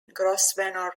grosvenor